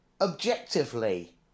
objectively